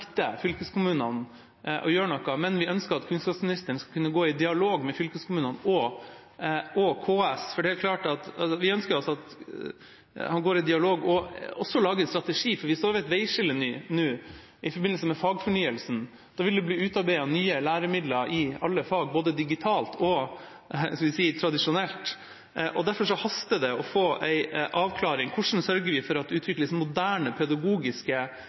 fylkeskommunene å gjøre noe, men vi ønsker at kunnskapsministeren skal kunne gå i dialog med fylkeskommunene og KS. Vi ønsker at han går i dialog og også lager en strategi, for vi står nå ved et veiskille. I forbindelse med fagfornyelsen vil det bli utarbeidet nye læremidler i alle fag, både digitalt og tradisjonelt. Derfor haster det å få en avklaring av hvordan vi sørger for at det utvikles moderne pedagogiske